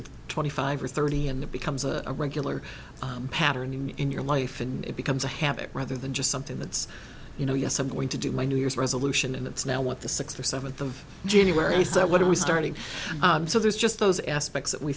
or twenty five or thirty in the becomes a real killer pattern in your life and it becomes a habit rather than just something that's you know yes i'm going to do my new year's resolution and that's now what the sixth or seventh of january so what are we starting so there's just those aspects that we